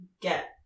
get